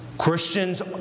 Christians